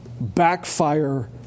backfire